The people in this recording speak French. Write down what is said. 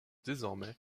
désormais